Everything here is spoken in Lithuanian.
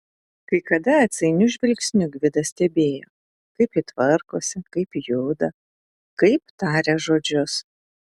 kai kada atsainiu žvilgsniu gvidas stebėjo kaip ji tvarkosi kaip juda kaip taria žodžius